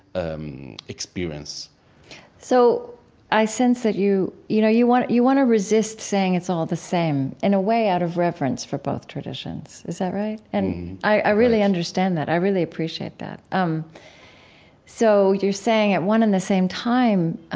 um, experience so i sense that you you know, you want you want to resist saying it's all the same in a way out of reverence for both traditions. is that right? mm-hmm and i i really understand that. i really appreciate that. um so you're saying at one in the same time,